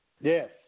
Yes